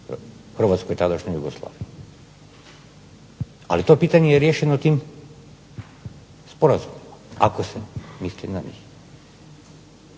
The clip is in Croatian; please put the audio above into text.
Hrvatskoj tadašnjoj Jugoslaviji. Ali to pitanje je riješeno tim sporazumom ako se misli na njih.